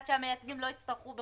צודקת